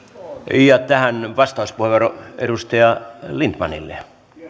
ja tähän vastauspuheenvuoro edustaja lindtmanille